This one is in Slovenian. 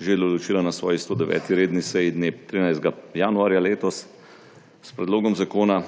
že določila na svoji 109. redni seji dne 13. januarja letos. S predlogom zakona,